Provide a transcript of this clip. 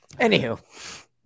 Anywho